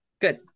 good